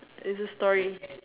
it's a story